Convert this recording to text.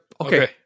okay